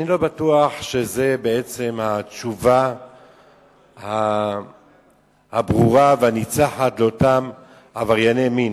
אני לא בטוח שזו התשובה הברורה והניצחת לאותם עברייני מין.